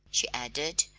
she added,